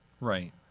Right